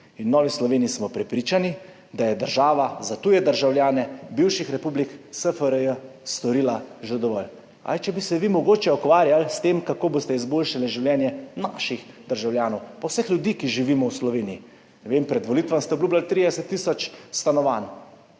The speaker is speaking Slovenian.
V Novi Sloveniji smo prepričani, da je država za tuje državljane bivših republik SFRJ storila že dovolj. Kaj, če bi se vi mogoče ukvarjali s tem, kako boste izboljšali življenje naših državljanov in vseh ljudi, ki živimo v Sloveniji? Ne vem, pred volitvami ste obljubljali 30 tisoč stanovanj,